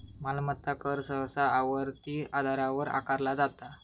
मालमत्ता कर सहसा आवर्ती आधारावर आकारला जाता